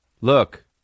look